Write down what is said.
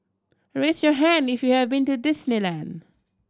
raise your hand if you have been to Disneyland